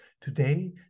Today